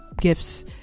gifts